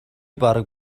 бараг